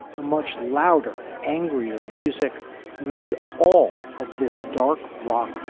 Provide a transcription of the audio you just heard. a much louder angrier music made all of this dark rock.